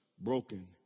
broken